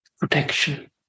protection